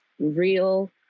Real